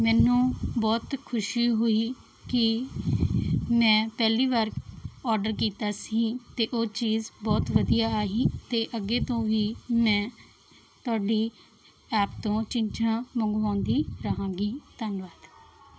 ਮੈਨੂੰ ਬਹੁਤ ਖੁਸ਼ੀ ਹੋਈ ਕਿ ਮੈਂ ਪਹਿਲੀ ਵਾਰ ਆਰਡਰ ਕੀਤਾ ਸੀ ਅਤੇ ਉਹ ਚੀਜ਼ ਬਹੁਤ ਵਧੀਆ ਆਈ ਅਤੇ ਅੱਗੇ ਤੋਂ ਵੀ ਮੈਂ ਤੁਹਾਡੀ ਐਪ ਤੋਂ ਚੀਜ਼ਾਂ ਮੰਗਵਾਉਂਦੀ ਰਹਾਂਗੀ ਧੰਨਵਾਦ